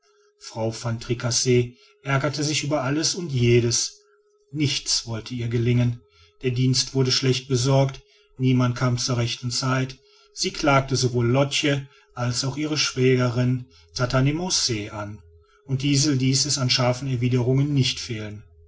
frau van tricasse ärgerte sich über alles und jedes nichts wollte ihr gelingen der dienst wurde schlecht besorgt niemand kam zur rechten zeit sie klagte sowohl lotch als auch ihre schwägerin tatanmance an und diese ließ es an scharfen erwiderungen nicht fehlen